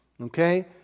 Okay